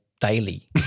daily